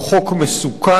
הוא חוק מסוכן,